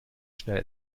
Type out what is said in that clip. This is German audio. schnell